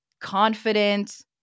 confident